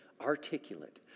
articulate